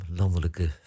landelijke